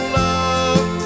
love